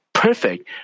Perfect